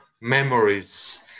memories